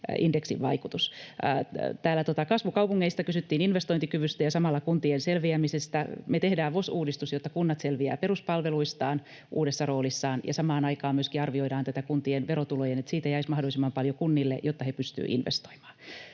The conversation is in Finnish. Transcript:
indeksin vaikutus. Kasvukaupungeista kysyttiin, investointikyvystä ja samalla kuntien selviämisestä: Me tehdään VOS-uudistus, jotta kunnat selviävät peruspalveluistaan uudessa roolissaan, ja samaan aikaan myöskin arvioidaan kuntien verotuloja, että siitä jäisi mahdollisimman paljon kunnille, jotta he pystyvät investoimaan.